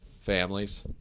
families